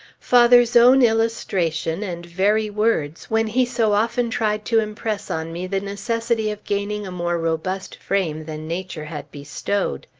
father's own illustration and very words, when he so often tried to impress on me the necessity of gaining a more robust frame than nature had bestowed!